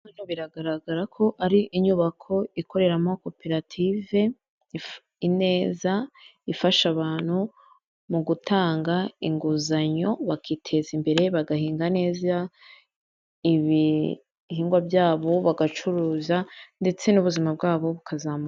Hano bigaragara ko ari inyubako ikoreramo koperative Ineza ifasha abantu mu gutanga inguzanyo bakiteza imbere, bagahinga neza ibihingwa byabo bagacuruza ndetse n'ubuzima bwabo bukazamuka.